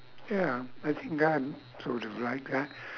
ya I think I'd sort of like that